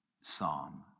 Psalm